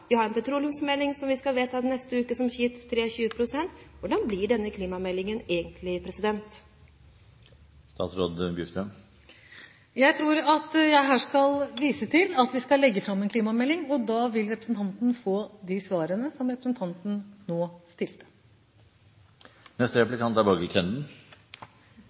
Vi har en petroleumsmelding som vi skal vedta neste uke, som gir 23 pst. Hvordan blir denne klimameldingen egentlig? Jeg tror jeg her viser til at vi skal legge fram en klimamelding, og da vil representanten få de svarene som hun nå